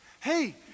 Hey